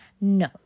No